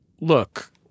look